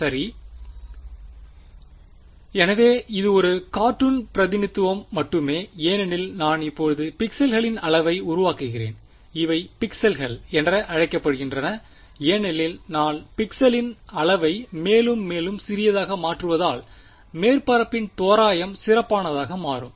சரி எனவே இது ஒரு கார்ட்டூன் பிரதிநிதித்துவம் மட்டுமே ஏனெனில் நான் இப்போது பிக்சல்களின் அளவை உருவாக்குகிறேன் இவை பிக்சல்கள் என அழைக்கப்படுகின்றன ஏனெனில் நான் பிக்சலின் அளவை மேலும் மேலும் சிறியதாக மாற்றுவதால் மேற்பரப்பின் தோராயம் சிறப்பானதாக மாறும்